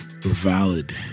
valid